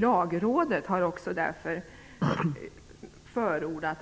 Lagrådet har därför förordat